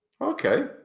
Okay